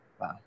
Wow